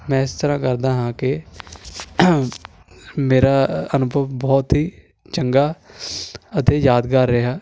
ਮੈਂ ਇਸ ਤਰ੍ਹਾਂ ਕਰਦਾ ਹਾਂ ਕਿ ਮੇਰਾ ਅਨੁਭਵ ਬਹੁਤ ਹੀ ਚੰਗਾ ਅਤੇ ਯਾਦਗਾਰ ਰਿਹਾ